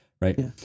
right